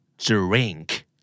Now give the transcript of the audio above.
Drink